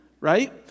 right